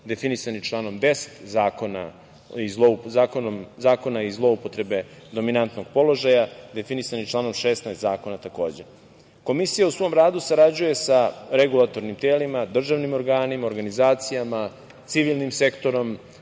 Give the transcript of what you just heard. definisani članom 10. Zakona i zloupotrebe dominantnog položaja, definisane članom 16. Zakona. Komisija u svom radu sarađuje sa regulatornim telima, državnim organima, organizacijama, civilnim sektorom,